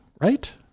right